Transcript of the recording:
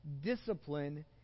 discipline